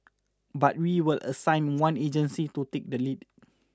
but we will assign one agency to take the lead